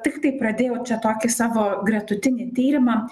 tiktai pradėjau čia tokį savo gretutinį tyrimą